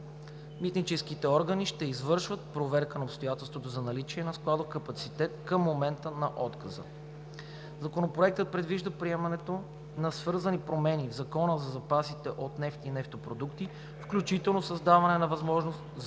Митническите органи ще извършват проверка на обстоятелството за наличие на складов капацитет към момента на отказа. Законопроектът предвижда приемането на свързани промени в Закона за запасите от нефт и нефтопродукти, включително създаването на възможност за